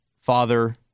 father